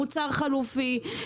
מוצר חלופי,